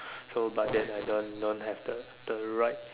so but then I don't don't have the the right